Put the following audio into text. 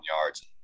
yards